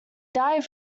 died